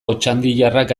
otxandiarrak